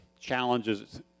challenges